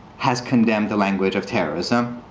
has condemned the language of terrorism.